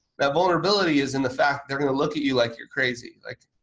that vulnerability is in the fact they're going to look at you like you're crazy like